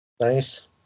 Nice